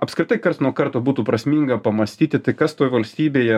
apskritai karts nuo karto būtų prasminga pamąstyti tai kas toj valstybėj